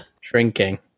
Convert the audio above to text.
Drinking